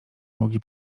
mogli